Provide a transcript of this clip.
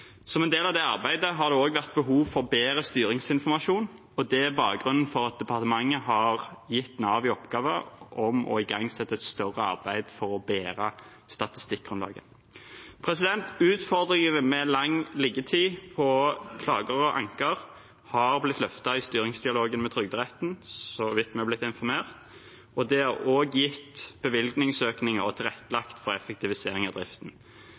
Som en del av det arbeidet har det også vært behov for bedre styringsinformasjon, og det er bakgrunnen for at departementet har gitt Nav i oppgave å igangsette et større arbeid for å bedre statistikkgrunnlaget. Utfordringen med lang liggetid for klager og anker har blitt løftet i styringsdialogen med Trygderetten, så vidt vi har blitt informert om, og det er også gitt bevilgningsøkninger og tilrettelagt for effektivisering av driften.